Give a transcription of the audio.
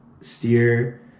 Steer